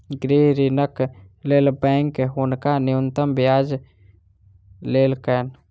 गृह ऋणक लेल बैंक हुनका न्यूनतम ब्याज लेलकैन